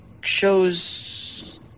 shows